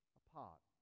apart